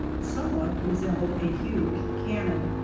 somewhat resembled a huge cannon.